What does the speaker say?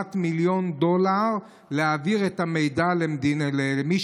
תמורת מיליון דולר להעביר את המידע למי